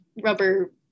rubber